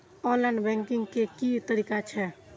Online banking के की तरीका छै?